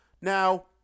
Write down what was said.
Now –